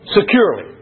securely